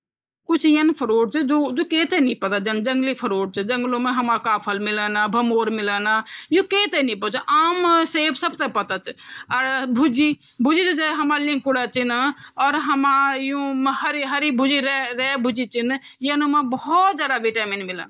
घोर माँ त इन बोल्दन जो जानवरो मा सबसे जो गंदी जो वेंडी वो लोमड़ी माँ ह्वेंदी लोमड़ी का पिछने जन भागो कभी त वे का पिछने कोई डूडी हे नई सकन यति गंदी वे पर स्मेल औंदी बॉस ओंधी |